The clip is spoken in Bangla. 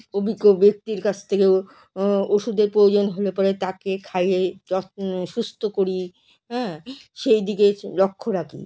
অভিজ্ঞ ব্যক্তির কাছ থেকেও ওষুধের প্রয়োজন হলে পরে তাকে খাইয়ে যত সুস্থ করি হ্যাঁ সেই দিকে লক্ষ্য রাখি